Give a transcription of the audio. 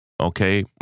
okay